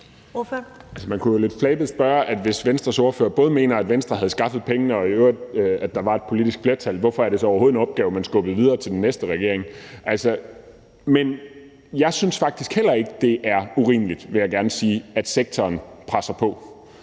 man kunne jo lidt flabet spørge: Hvis Venstres ordfører både mener, at Venstre havde skaffet pengene, og at der i øvrigt var et politisk flertal, hvorfor er det så overhovedet en opgave, man skubbede videre til den næste regering? Men jeg synes faktisk heller ikke, det er urimeligt, vil jeg gerne sige, at sektoren presser på.